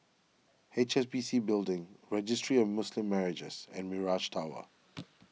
H S B C Building Registry of Muslim Marriages and Mirage Tower